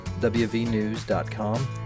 wvnews.com